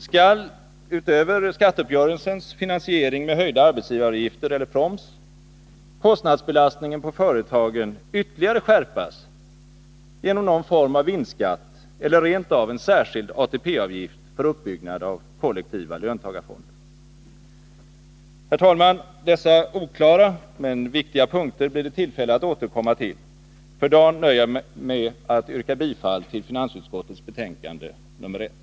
Skall — utöver skatteuppgörelsens finansiering med höjda arbetsgivaravgifter eller proms — kostnadsbelastningen på företagen ytterligare skärpas genom någon form av vinstskatt eller rent av en särskild ATP-avgift för uppbyggnad av kollektiva löntagarfonder? Herr talman! Dessa oklara men viktiga punkter blir det tillfälle att återkomma till. För dagen nöjer jag mig med att yrka bifall till vad finansutskottet hemställt i sitt betänkande nr 1.